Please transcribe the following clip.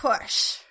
push